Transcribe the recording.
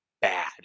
bad